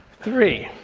three.